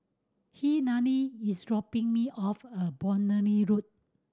Helaine is dropping me off a Boundary Road